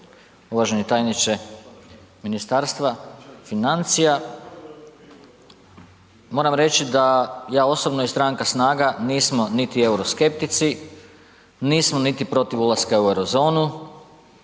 uvaženi tajniče Ministarstva financija, moram reći da ja osobno i stranka SNAGA nismo niti euroskeptici, nismo niti protiv ulaska u euro zonu,